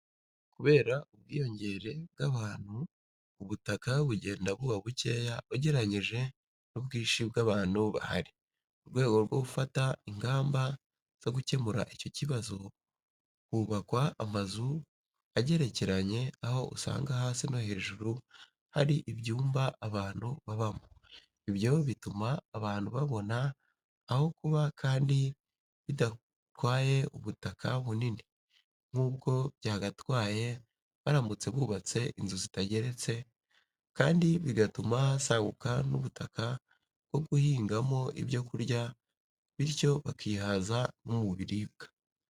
Kubera ubwiyongere bw'abantu, ubutaka bugenda buba bukeya ugereranyije n'ubwinshi bw'abantu bahari. Murwego rwo gufata ingamba zogukemura icyo kibazo, hubakwa amazu agerekeranye, aho usanga hasi no hejuru hari ibyumba abantu babamo. ibyo bituma abantu babona aho kuba kandi bidatwaye ubutaka bunini nkubwo byagatwaye baramutse bubatse inzu zitageretse kandi bigatuma hasaguka nubutaka bwo guhingamo ibyo kurya bityo bakihaza no mubiribwa.